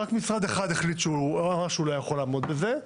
רק משרד אחד אמר שהוא לא יכול לעמוד בזה,